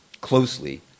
closely